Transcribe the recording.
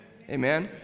amen